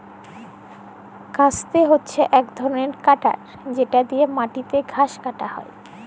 hedge cutter হছে ইক ধরলের কাটার যেট দিঁয়ে মাটিতে ঘাঁস কাটা হ্যয়